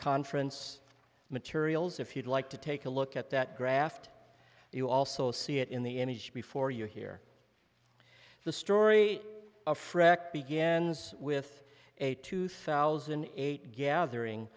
conference materials if you'd like to take a look at that graft you also see it in the image before you hear the story of frick begins with a two thousand and eight gathering